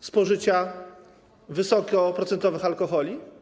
spożycia wysokoprocentowych alkoholi?